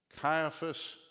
Caiaphas